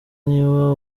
niba